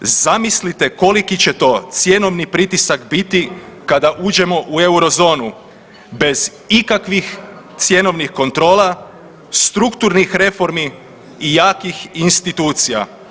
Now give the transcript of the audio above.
Zamislite koliki će to cjenovni pritisak biti kada uđemo u Eurozonu bez ikakvih cjenovnih kontrola, strukturnih reformi i jakih institucija.